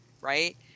Right